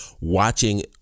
watching